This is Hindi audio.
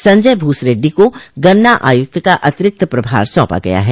संजय भूस रेड्डी को गन्ना आयुक्त का अतिरिक्त प्रभार सौंपा गया है